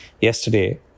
Yesterday